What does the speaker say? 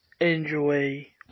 enjoy